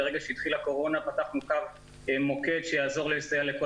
ברגע שהתחילה הקורונה פתחנו מוקד שיעזור לסייע לכל